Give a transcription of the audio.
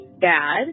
dad